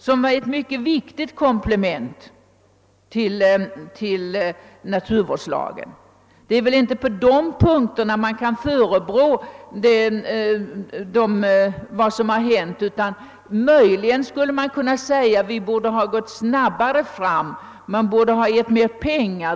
Den är ju ett mycket viktigt komplement till naturvårdslagen. Det är väl inte där man kan rikta förebråelser mot någon för vad som hänt. Möjligen skulle man kunna säga att vi borde ha gått snabbare fram och anslagit mera pengar.